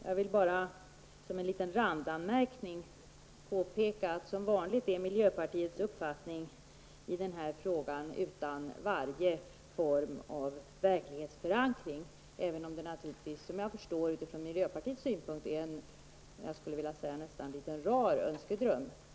Jag vill bara som en liten randanmärkning påpeka att miljöpartiets uppfattning i den här frågan som vanligt är utan varje form av verklighetsförankring, även om den naturligtvis, såvitt jag förstår, utifrån miljöpartiets synpunkter, nästan är en liten rar önskedröm.